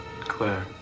Claire